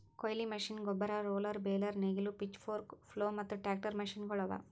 ಕೊಯ್ಲಿ ಮಷೀನ್, ಗೊಬ್ಬರ, roller, baler, ನೇಗಿಲು, ಪಿಚ್ಫೋರ್ಕ್, ಪ್ಲೊ ಮತ್ತ ಟ್ರಾಕ್ಟರ್ ಮಷೀನಗೊಳ್ ಅವಾ